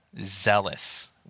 zealous